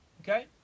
Okay